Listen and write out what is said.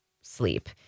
sleep